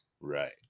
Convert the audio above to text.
Right